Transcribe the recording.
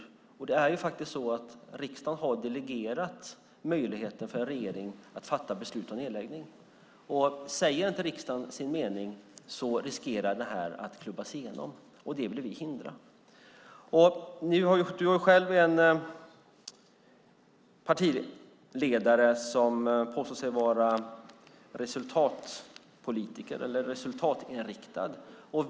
Riksdagen har faktiskt delegerat möjligheten för en regering att fatta beslut om nedläggning. Säger inte riksdagen sin mening riskerar detta förslag att klubbas igenom, och det vill vi förhindra. Krister Hammarbergh har en partiledare som påstår sig vara en resultatinriktad politiker.